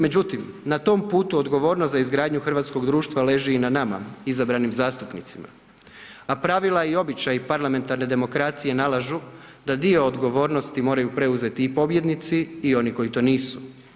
Međutim, na tom putu odgovornost za izgradnju hrvatskog društva leži i na nama, izabranim zastupnicima, a pravila i običaju parlamentarne demokracije nalažu da dio odgovornosti moraju preuzeti i pobjednici i oni koji to nisu.